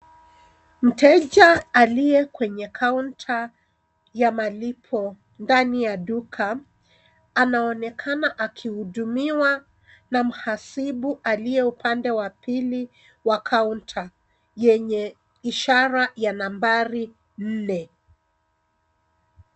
Mteja aliye kwenye counter ya malipo ndani ya duka, anaonekana akihudumiwa na mhasibu aliye upande wa pili wa counter , yenye ishara ya nambari nne.